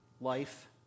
life